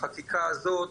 בחקיקה הזאת,